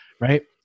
Right